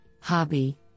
hobby